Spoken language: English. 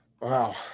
Wow